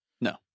No